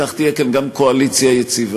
כך תהיה כאן גם קואליציה יציבה,